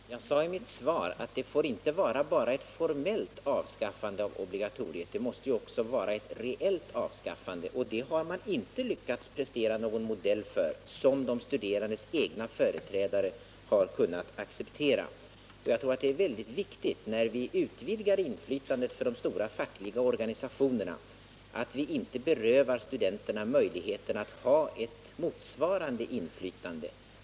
Herr talman! Jag sade i mitt svar att det inte får vara bara ett formellt avskaffande av obligatoriet. Det måste ju också vara ett reellt avskaffande — och det har man inte lyckats prestera någon modell för som de studerandes egna företrädare har kunnat acceptera. Jag tror det är väldigt viktigt, när vi utvidgar inflytandet för de stora fackliga organisationerna, att inte beröva de studerande möjligheten att ha motsvarande inflytande.